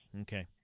Okay